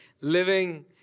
living